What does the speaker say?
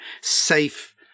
safe